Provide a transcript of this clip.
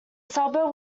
suburb